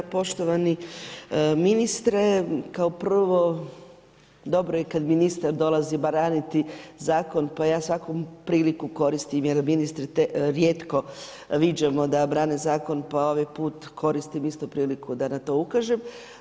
Poštovani ministre, kao prvo, dobro je kada ministar dolazi braniti zakon pa ja svaku priliku koristim jer ministre rijetko viđamo da brane zakon pa ovaj put koristim isto priliku da na to ukaže.